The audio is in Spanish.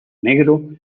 negro